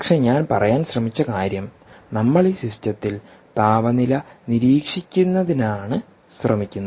പക്ഷെ ഞാൻ പറയാൻ ശ്രമിച്ച കാര്യം നമ്മൾ ഈ സിസ്റ്റത്തിൽ താപനില നിരീക്ഷിക്കുന്നതിനാണ് ശ്രമിക്കുന്നത്